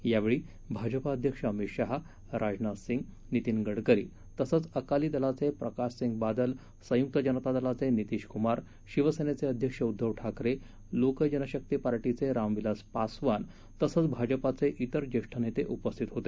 यावेळी भाजपा अध्यक्ष अमित शहा राजनाथ सिंग नितीन गडकरी तसंच अकाली दलाचे प्रकाशसिंग बादल संयुक्त जनता दलाचे नितीश कुमार शिवसेनेचे अध्यक्ष उद्धव ठाकरे लोक जनशक्ती पार्टीचे रामविलास पासवान तसंच भाजपाचे त्रिर ज्येष्ठ नेते उपस्थित होते